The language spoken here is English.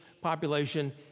population